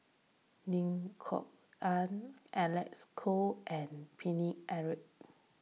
Lim Kok Ann Alec Kuok and Paine Eric